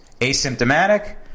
asymptomatic